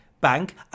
bank